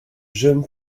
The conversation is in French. jeune